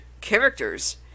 characters